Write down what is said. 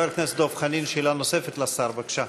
חבר הכנסת דב חנין, שאלה נוספת לשר, בבקשה.